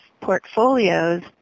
portfolios